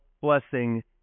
blessing